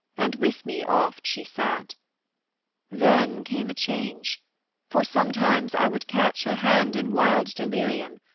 and with me oft she sat then came a change for sometimes i would catch her hand in wild delirium,